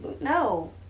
no